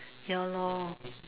ya lor